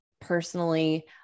personally